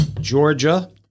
Georgia